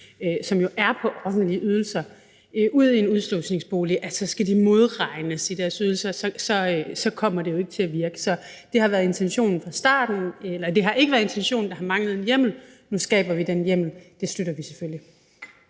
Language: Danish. som jo er på offentlige ydelser, ud i en udslusningsbolig, skal de modregnes i deres ydelser, for så kommer det jo ikke til at virke. Det har ikke været intentionen, men en hjemmel, der har manglet. Nu skaber vi den hjemmel, og det støtter vi selvfølgelig.